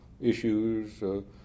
issues